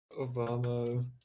Obama